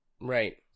Right